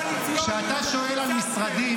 כשאתה שואל על משרדים,